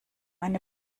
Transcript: eine